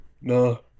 No